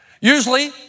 Usually